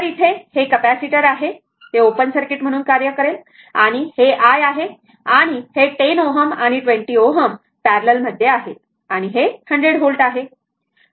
तर इथे हे कॅपेसिटर आहे ते ओपन सर्किट म्हणून कार्य करेल आणि हे i आहे आणि हे 10 Ω आणि 20 पॅरलल मध्ये आहेत आणि हे 100 व्होल्ट आहे